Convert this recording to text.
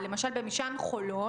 לדאוג להביא לנו את חומרי המיגון.